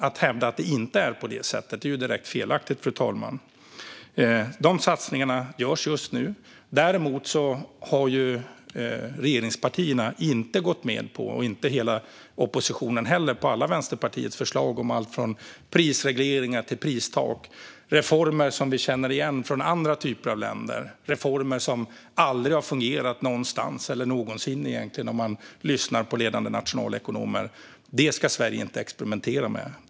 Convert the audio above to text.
Att hävda att det inte är på det sätt som jag har beskrivit är dock direkt felaktigt, fru talman. Dessa satsningar görs just nu. Däremot har inte regeringspartierna - och inte heller hela oppositionen - gått med på alla Vänsterpartiets förslag om allt från prisregleringar till pristak. Detta är reformer som vi känner igen från andra typer av länder. Det är reformer som enligt ledande nationalekonomer aldrig har fungerat någonstans. Detta ska Sverige inte experimentera med.